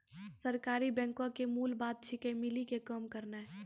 सहकारी बैंको के मूल बात छिकै, मिली के काम करनाय